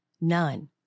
None